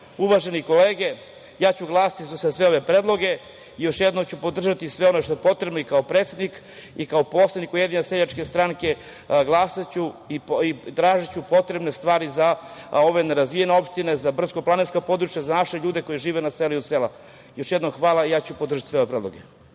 uvažene kolege, ja ću glasati za sve ove predloge. Još jednom ću podržati sve ono što je potrebno i kao predsednik i kao poslanik Ujedinjene seljačke stranke glasaću i tražiću potrebne stvari za ove nerazvijene opštine, za brdsko-planinska područja, za naše ljude koji žive na selu i od sela. Još jednom hvala. Ja ću podržati sve ove predloge.